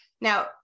Now